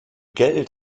geld